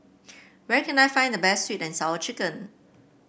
where can I find the best sweet and Sour Chicken